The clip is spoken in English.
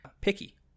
picky